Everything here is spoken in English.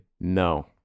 No